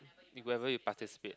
whoever you participate